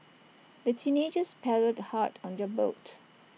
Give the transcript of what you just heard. the teenagers paddled hard on their boat